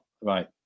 right